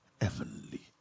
heavenly